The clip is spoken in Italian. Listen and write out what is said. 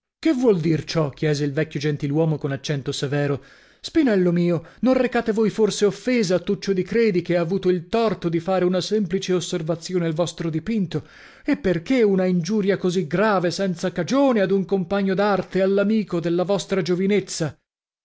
che vuol dir ciò chiese il vecchio gentiluomo con accento severo spinello mio non recate voi forse offesa a tuccio di credi che ha avuto il torto di fare una semplice osservazione al vostro dipinto e perchè una ingiuria così grave senza cagione ad un compagno d'arte all'amico della vostra giovinezza